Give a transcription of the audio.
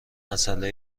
مساله